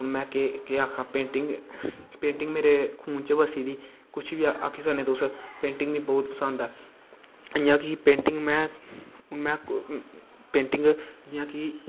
हून में केह् आक्खां पेंटिंग पेंटिंग मेरे खून च बस्सी दी कुश बी आक्खी सकने तुस पेंटिंग मिगी बौह्त पसंद ऐ इयां कि पेंटिंग में हून में पेंटिंग जियां कि